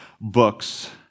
books